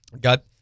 Got